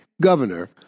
governor